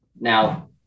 Now